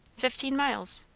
fifteen miles.